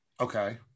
Okay